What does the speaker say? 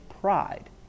pride